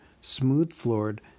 smooth-floored